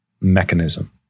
mechanism